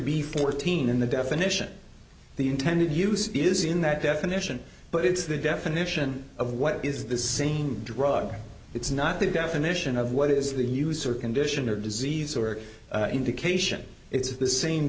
b fourteen in the definition the intended use is in that definition but it's the definition of what is the same drug it's not the definition of what is the use or condition or disease or indication it's the same